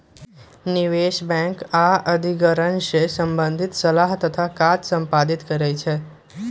निवेश बैंक आऽ अधिग्रहण से संबंधित सलाह तथा काज संपादित करइ छै